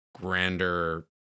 grander